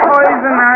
Poison